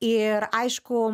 ir aišku